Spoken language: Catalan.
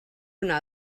una